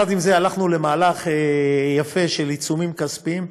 עם זה, הלכנו למהלך יפה של עיצומים כספיים,